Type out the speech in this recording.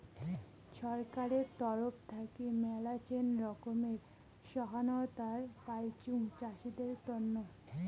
ছরকারের তরফ থাকি মেলাছেন রকমের সহায়তায় পাইচুং চাষীদের তন্ন